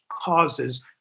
causes